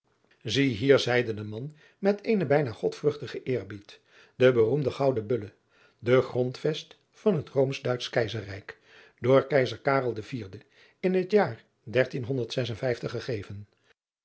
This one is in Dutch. ie hier zeide de man met eenen bijna odvruchtigen eerbied de beroemde ouden ulle de grondvest van het oomsch uitsch eizerrijk door eizer den in het jaar